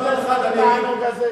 שם אין להם לאן לחזור.